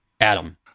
Adam